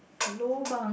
lobang